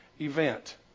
event